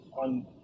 on